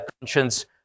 conscience